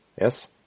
yes